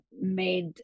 made